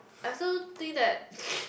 I also think that